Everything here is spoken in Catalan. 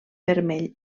vermell